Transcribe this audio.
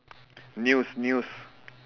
news news